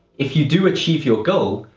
if you do achieve your goal,